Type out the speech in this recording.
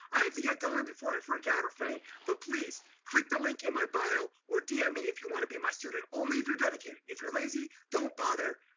i have to get going before i freak out or faint, but please click the link in my bio or dm me if you wanna be my student, only if you're dedicated, if you're lazy, don't bother,